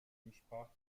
entsprach